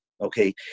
Okay